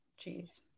Jeez